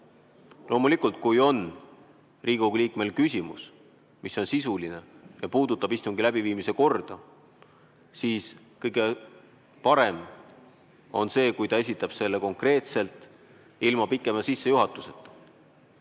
Loomulikult, kui Riigikogu liikmel on küsimus, mis on sisuline ja puudutab istungi läbiviimise korda, siis kõige parem on see, kui ta esitab selle konkreetselt, ilma pikema sissejuhatuseta.